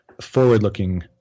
forward-looking